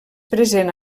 present